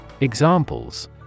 Examples